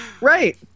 Right